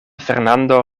fernando